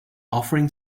offering